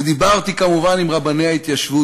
ודיברתי כמובן עם רבני ההתיישבות.